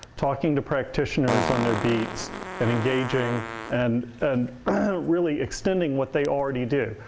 talking to practioners on their beats and engaging and and really extending what they already do.